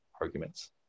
arguments